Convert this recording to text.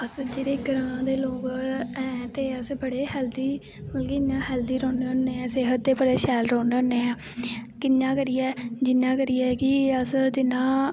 अस जेह्ड़े ग्रांऽ दे लोग ऐं ते अस बड़े हैल्दी मतलव की इयां हैल्दी रौह्न्ने होन्ने आं सेह्त दे बड़े शैल रौह्ने होन्ने ऐं कियां करियै कि अस जियां